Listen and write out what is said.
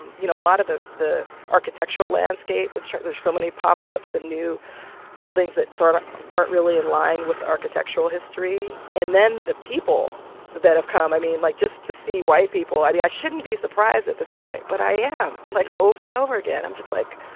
you know, a lot of the the architectural landscape is there's so many pop-ups and new buildings that sort of aren't really in line with the architectural history. and then the people that have come. i mean, like just to see white people i mean, i shouldn't be surprised at this point, but i am, like, over and over again. i'm just like,